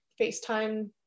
FaceTime